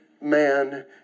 man